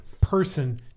person